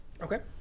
okay